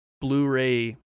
Blu-ray